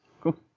Cool